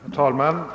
Herr talman!